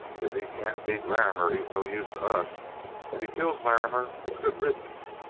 if he can't beat larrimer, he's no use to us if he kills larrimer, it's good riddance.